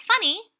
funny